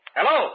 Hello